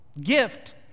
gift